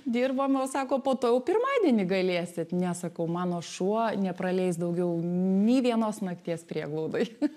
dirbam o sako po to jau pirmadienį galėsit ne sakau mano šuo nepraleis daugiau nei vienos nakties prieglaudoj